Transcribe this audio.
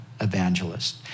evangelist